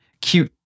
cute